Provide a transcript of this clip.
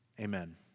Amen